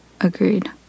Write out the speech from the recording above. Agreed